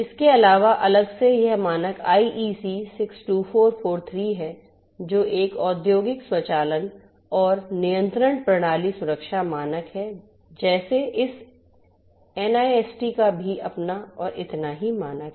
इसके अलावा अलग से यह मानक IEC 62443 है जो एक औद्योगिक स्वचालन और नियंत्रण प्रणाली सुरक्षा मानक है जैसे इस NIST का भी अपना और इतना ही मानक है